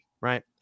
right